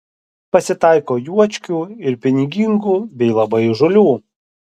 pasitaiko juočkių ir pinigingų bei labai įžūlių